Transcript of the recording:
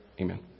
Amen